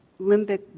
limbic